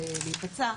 להיפצע.